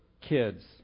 kids